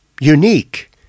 unique